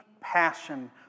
passion